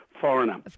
Foreigner